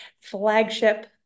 flagship